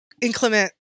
inclement